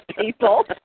people